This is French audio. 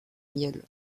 miel